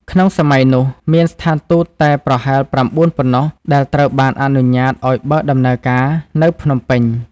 ក្នុងសម័យនោះ មានស្ថានទូតតែប្រហែល ៩ ប៉ុណ្ណោះដែលត្រូវបានអនុញ្ញាតឱ្យបើកដំណើរការនៅភ្នំពេញ។